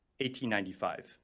1895